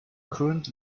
current